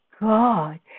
God